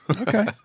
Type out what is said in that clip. Okay